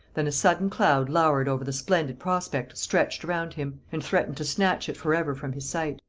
than a sudden cloud lowered over the splendid prospect stretched around him, and threatened to snatch it for ever from his sight.